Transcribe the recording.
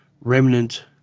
remnant